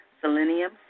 selenium